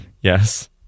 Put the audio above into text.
Yes